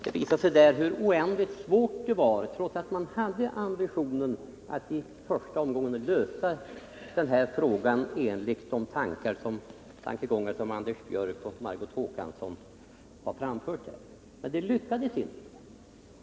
Det visar sig där hur oändligt svårt det var, trots att man hade ambitionen att i första omgången lösa den här frågan enligt de tankegångar som Anders Björck och Margot Håkansson här har framfört. Det lyckades inte.